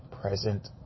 present